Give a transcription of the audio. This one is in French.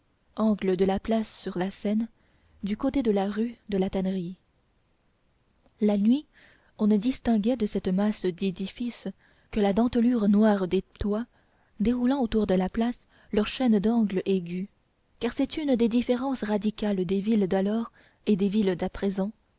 angle de la place sur la seine du côté de la rue de la tannerie la nuit on ne distinguait de cette masse d'édifices que la dentelure noire des toits déroulant autour de la place leur chaîne d'angles aigus car c'est une des différences radicales des villes d'alors et des villes d'à présent